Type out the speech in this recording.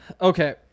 Okay